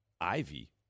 Ivy